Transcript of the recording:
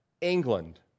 England